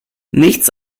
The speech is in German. nichts